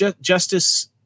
Justice